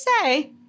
say